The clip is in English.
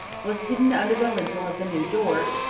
was hidden under the lintel of the new door,